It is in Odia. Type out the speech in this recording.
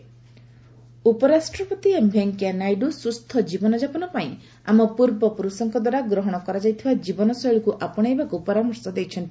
ଭିପି କର୍ଣ୍ଣାଟକ ଉପରାଷ୍ଟ୍ରପତି ଏମ୍ ଭେଙ୍କୟା ନାଇଡୁ ସୁସ୍ଥ ଜୀବନଯାପନ ପାଇଁ ଆମ ପୂର୍ବ ପୁରୁଷଙ୍କ ଦ୍ୱାରା ଗ୍ରହଣ କରାଯାଇଥିବା ଜୀବନଶୈଳୀକୁ ଆପଶେଇବାକୁ ପରାମର୍ଶ ଦେଇଛନ୍ତି